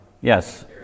Yes